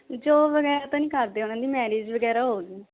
job ਵਗੈਰਾ ਤਾਂ ਨਹੀਂ ਕਰਦੇ ਉਹਨਾਂ ਦੀ ਮੈਰਿਜ ਵਗੈਰਾ ਹੋ ਗਈ